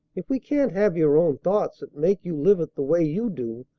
if we can't have your own thoughts that make you live it the way you do,